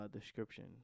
description